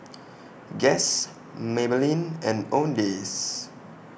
Guess Maybelline and Owndays